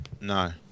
No